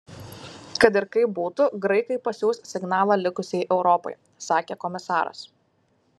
kad ir kaip būtų graikai pasiųs signalą likusiai europai sakė komisaras